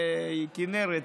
הכינרת,